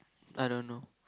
I don't know